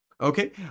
Okay